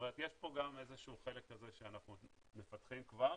זאת אומרת יש פה גם איזה שהוא חלק כזה שאנחנו מפתחים כבר.